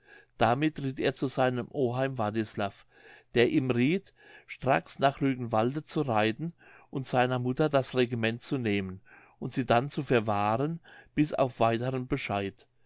damit ritt er zu seinem oheim wartislav der ihm rieth straks nach rügenwalde zu reiten und seiner mutter das regiment zu nehmen und sie dann zu verwahren bis auf weiteren bescheid